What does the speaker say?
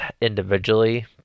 individually